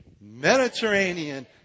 Mediterranean